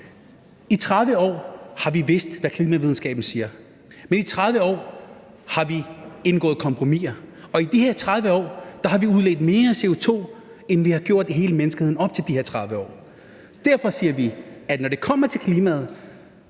I 30 år har vi vidst, hvad klimavidenskaben siger, men i 30 år har vi indgået kompromiser, og i de her 30 år har vi udledt mere CO2, end vi har gjort i hele menneskehedens historie op til de her 30 år. Derfor siger vi, at når det kommer til klimaet,